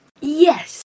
Yes